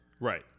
right